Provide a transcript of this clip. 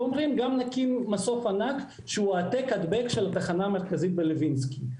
ואומרים: גם נקים מסוף ענק שהוא העתק הדבק של התחנה המרכזית בלוינסקי.